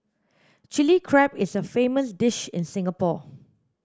chilli crab is a famous dish in Singapore